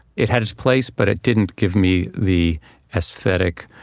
it had its place, but it didn't give me the aesthetic,